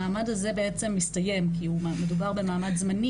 והם חסרי מעמד,